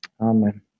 Amen